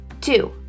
Two